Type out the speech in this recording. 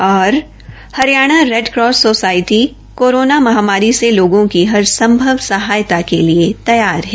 Haryana red cross society corona महामारी से लोगों की हर संभव सहायता के लिए तैयार है